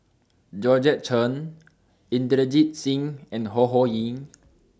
Georgette Chen Inderjit Singh and Ho Ho Ying